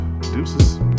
Deuces